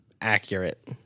accurate